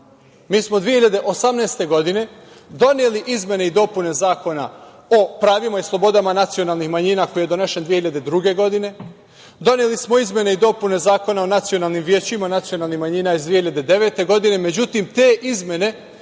smo 2018. godine doneli izmene i dopune Zakona o pravima i slobodama nacionalnih manjina koji je donesen 2002. godine. Doneli smo izmene i dopune Zakona o nacionalnim većima nacionalnih manjina iz 2009. godine. Međutim, te izmene